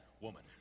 woman